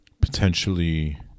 potentially